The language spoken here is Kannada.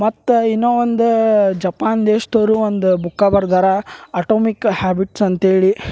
ಮತ್ತು ಇನ್ನ ಒಂದು ಜಪಾನ್ ದೇಶ್ದವರು ಒಂದು ಬುಕ್ಕಾ ಬರ್ದಾರ ಆಟೋಮಿಕ್ ಹಾಬಿಟ್ಸ್ ಅಂತ್ಹೇಳಿ